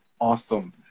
awesome